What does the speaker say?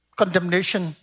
condemnation